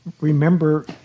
remember